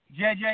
JJ